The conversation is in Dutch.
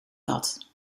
dat